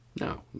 No